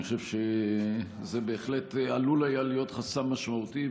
אני חושב שזה בהחלט עלול היה להיות חסם משמעותי,